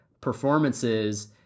performances